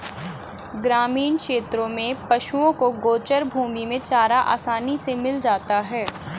ग्रामीण क्षेत्रों में पशुओं को गोचर भूमि में चारा आसानी से मिल जाता है